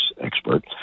expert